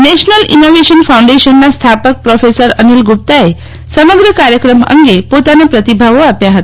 national innovation ફાઉન્ડેશનના સ્થાપક professor Anil ગુપ્તાએ સમગ્ર કાર્યક્રમ અંગે પોતાના પ્રતિભાવો આપ્યા હતા